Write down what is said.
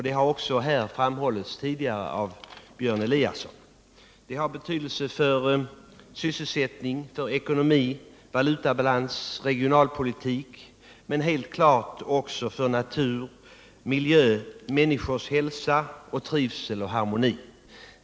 Det har här framhållits tidigare av Björn Eliasson. Det har betydelse för sysselsättning, ekonomi, valutabalans, regionalpolitik och givetvis även för natur, miljö samt människors hälsa, trivsel och harmoni.